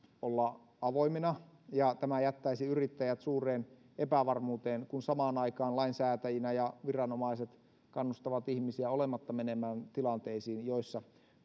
olla avoimina tämä jättäisi yrittäjät suureen epävarmuuteen kun samaan aikaan lainsäätäjät ja viranomaiset kannustavat ihmisiä olemaan menemättä tilanteisiin joissa